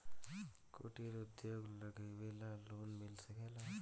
कुटिर उद्योग लगवेला लोन मिल सकेला?